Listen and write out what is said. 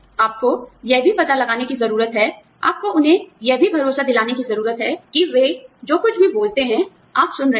आपको यह भी पता लगाने की जरूरत है आपको उन्हें यह भी भरोसा दिलाने की जरूरत है कि वे जो कुछ भी बोलते हैं आप सुन रहे हैं